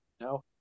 no